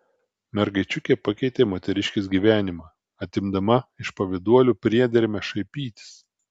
mergaičiukė pakeitė moteriškės gyvenimą atimdama iš pavyduolių priedermę šaipytis